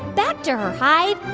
back to her hive,